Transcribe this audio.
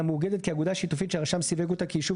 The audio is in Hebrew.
"הוא מאוגד כאגודה שיתופית שהרשם סיווג אותה כיישוב